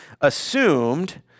assumed